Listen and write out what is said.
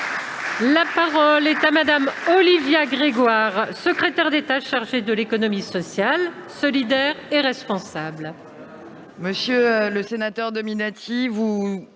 La parole est à Mme la secrétaire d'État chargée de l'économie sociale, solidaire et responsable. Monsieur le sénateur Dominati, vous